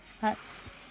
huts